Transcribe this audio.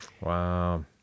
Wow